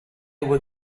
were